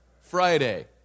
Friday